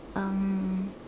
um